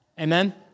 Amen